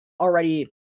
already